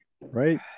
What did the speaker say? right